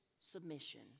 submission